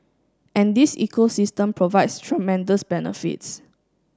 and this ecosystem provides tremendous benefits